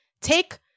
take